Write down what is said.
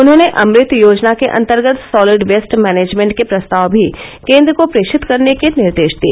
उन्होंने अमृत योजना के अन्तर्गत सॉलिड वेस्ट मैनेजमेन्ट के प्रस्ताव भी केन्द्र को प्रेषित करने के निर्देश दिए